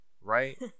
right